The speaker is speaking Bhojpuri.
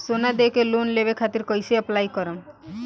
सोना देके लोन लेवे खातिर कैसे अप्लाई करम?